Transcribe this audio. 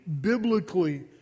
biblically